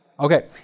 Okay